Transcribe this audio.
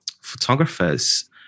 photographers